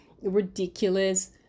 ridiculous